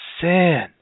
sin